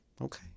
Okay